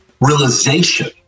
realization